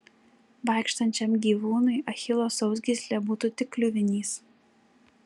vaikštančiam gyvūnui achilo sausgyslė būtų tik kliuvinys